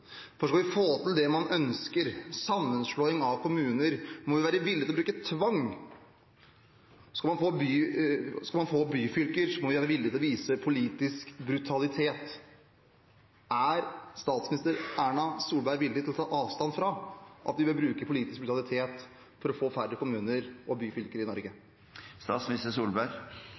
for skal man få til det man ønsker, sammenslåing av kommuner, må vi være villige til å bruke tvang. Skal man få byfylker, må man være villig til å vise politisk brutalitet. Er statsminister Erna Solberg villig til å ta avstand fra at vi bør bruke politisk brutalitet for å få færre kommuner og flere byfylker i